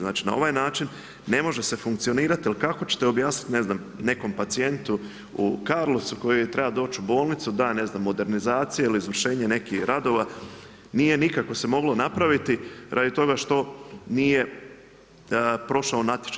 Znači na ovaj način ne može se funkcionirati jer kako ćete objasniti ne znam nekom pacijentu u Karlovcu koji treba doći u bolnicu da recimo modernizacija ili izvršenje nekih radova nije nikako se moglo napraviti radi toga što nije prošao natječaj.